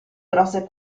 grosse